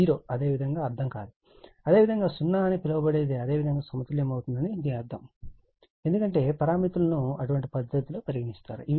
zero అదేవిధంగా అర్ధం కాదు అదేవిధంగా సున్నా అని పిలవబడేది అదేవిధంగా సమతుల్యమవుతుందని దీని అర్థం కాదు ఎందుకంటే ఈ పారామితులను అటువంటి పద్ధతిలో పరిగణిస్తారు